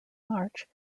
march